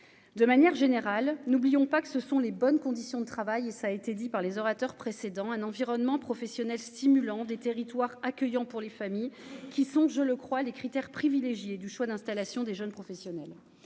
de manière générale, n'oublions pas que ce sont les bonnes conditions de travail et ça a été dit par les orateurs précédents un environnement professionnel stimulant des territoires accueillants pour les familles qui sont, je le crois, les critères privilégiés du choix d'installation des jeunes professionnels